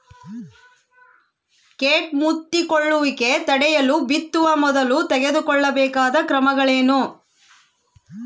ಕೇಟ ಮುತ್ತಿಕೊಳ್ಳುವಿಕೆ ತಡೆಯಲು ಬಿತ್ತುವ ಮೊದಲು ತೆಗೆದುಕೊಳ್ಳಬೇಕಾದ ಕ್ರಮಗಳೇನು?